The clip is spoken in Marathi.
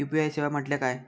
यू.पी.आय सेवा म्हटल्या काय?